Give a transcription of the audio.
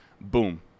boom